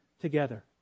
together